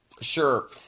Sure